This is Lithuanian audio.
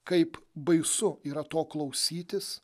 kaip baisu yra to klausytis